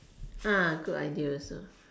ah good idea also